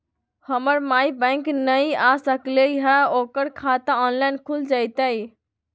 हमर माई बैंक नई आ सकली हई, ओकर खाता ऑनलाइन खुल जयतई?